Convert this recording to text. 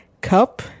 Cup